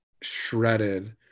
shredded